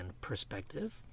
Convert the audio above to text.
perspective